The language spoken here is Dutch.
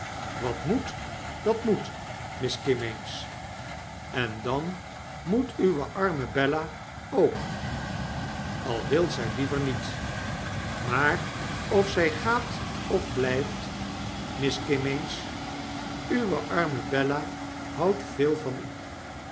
wat moet dat moet miss kimmeens en dan moet uwe arme bella ook al wil zij liever niet maar of zij gaat of blgft miss kunmeens uwe arme bella houdt veel van u